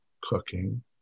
cooking